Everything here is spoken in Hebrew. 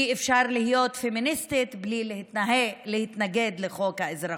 אי-אפשר להיות פמיניסטית בלי להתנגד לחוק האזרחות.